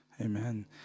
Amen